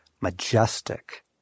Majestic